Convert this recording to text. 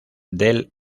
del